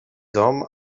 dom